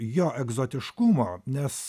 jo egzotiškumo nes